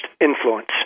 influence